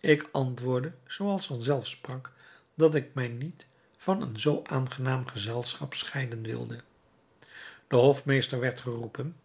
ik antwoordde zoo als van zelf sprak dat ik mij niet van een zoo aangenaam gezelschap scheiden wilde de hofmeester werd geroepen